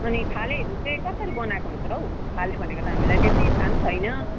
अनि फालेहरू चाहिँ कसरी बनाएको हुन्छ हौ फाले भनेको त हामीलाई त्यति थाह पनि छैन